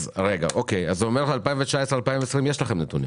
יש לכם נתונים